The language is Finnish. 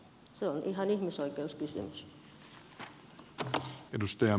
se on ihan ihmisoikeuskysymys